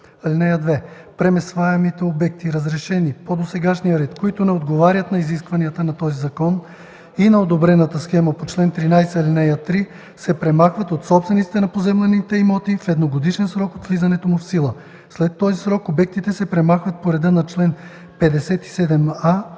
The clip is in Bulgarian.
сила. (2) Преместваемите обекти, разрешени по досегашния ред, които не отговарят на изискванията на този закон и на одобрената схема по чл. 13, ал. 3, се премахват от собствениците на поземлените имоти в едногодишен срок от влизането му в сила. След този срок обектите се премахват по реда на чл. 57а